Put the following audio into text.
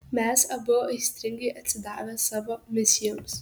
mes abu aistringai atsidavę savo misijoms